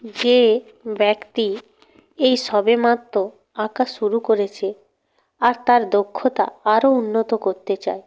যে ব্যক্তি এই সবেমাত্র আঁকা শুরু করেছে আর তার দক্ষতা আরও উন্নত করতে চায়